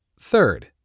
Third